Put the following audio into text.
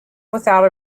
without